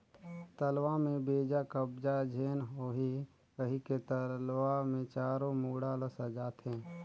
तलवा में बेजा कब्जा झेन होहि कहिके तलवा मे चारों मुड़ा ल सजाथें